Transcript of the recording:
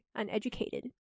uneducated